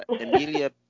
Emilia